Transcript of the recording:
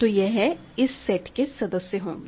तो यह इस सेट के सदस्य होंगे